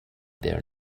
there